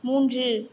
மூன்று